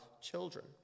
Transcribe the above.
children